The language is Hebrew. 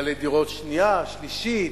בעלי דירות שנייה, שלישית,